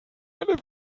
eine